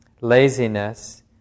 laziness